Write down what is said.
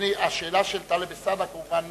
אדוני השר, השאלה של טלב אלסאנע דורשת